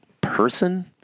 person